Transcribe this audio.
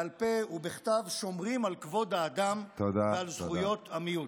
בעל פה ובכתב שומרות על כבוד האדם ועל זכויות המיעוט.